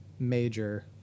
Major